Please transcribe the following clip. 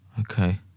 Okay